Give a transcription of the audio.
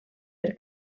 per